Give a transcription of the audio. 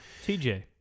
TJ